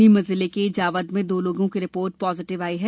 नीमच जिले के जावद में दो लोगों की रिपोर्ट पॉजिटिव आई है